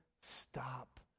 stop